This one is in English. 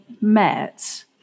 met